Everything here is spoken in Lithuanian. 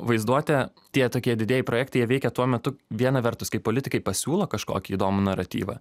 vaizduotė tie tokie didieji projektai jie veikia tuo metu viena vertus kai politikai pasiūlo kažkokį įdomų naratyvą